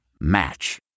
Match